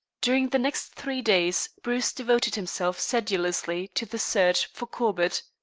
during the next three days bruce devoted himself sedulously to the search for corbett.